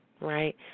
Right